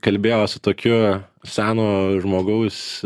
kalbėjo su tokiu seno žmogaus